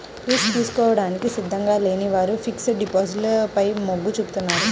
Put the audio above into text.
risk తీసుకోవడానికి సిద్ధంగా లేని వారు ఫిక్స్డ్ డిపాజిట్ల వైపు మొగ్గు చూపుతున్నారు